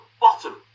bottom